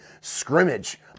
scrimmage